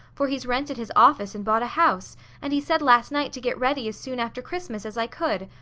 for he's rented his office and bought a house and he said last night to get ready as soon after christmas as i could.